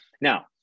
Now